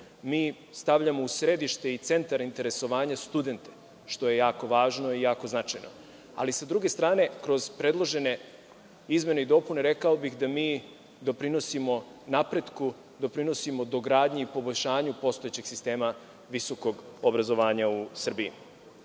Mi stavljamo u središte i centar interesovanja studente, što je jako važno i jako značajno. Ali, s druge strane, kroz predložene izmene i dopune, rekao bih da mi doprinosimo napretku, doprinosimo dogradnji i poboljšanju postojećeg sistema visokog obrazovanja u